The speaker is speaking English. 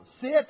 sit